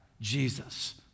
Jesus